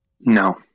No